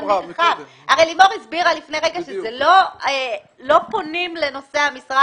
הרי לימור הסבירה לפני כן שלא פונים לנושא המשרה